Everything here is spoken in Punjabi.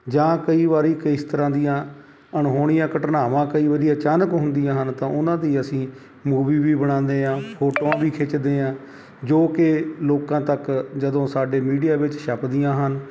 ਜਾਂ ਕਈ ਵਾਰੀ ਕਈ ਇਸ ਤਰ੍ਹਾਂ ਦੀਆਂ ਅਣਹੋਣੀਆਂ ਘਟਨਾਵਾਂ ਕਈ ਵਾਰੀ ਅਚਾਨਕ ਹੁੰਦੀਆਂ ਹਨ ਤਾਂ ਉਹਨਾਂ ਦੀ ਅਸੀਂ ਮੂਵੀ ਵੀ ਬਣਾਉਂਦੇ ਹਾਂ ਫੋਟੋਆਂ ਵੀ ਖਿੱਚਦੇ ਹਾਂ ਜੋ ਕਿ ਲੋਕਾਂ ਤੱਕ ਜਦੋਂ ਸਾਡੇ ਮੀਡੀਆ ਵਿੱਚ ਛਪਦੀਆਂ ਹਨ